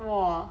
!wah!